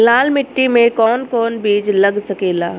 लाल मिट्टी में कौन कौन बीज लग सकेला?